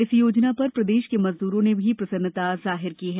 इस योजना पर प्रदेश के मजदूरों ने भी प्रसन्नता जाहिर की है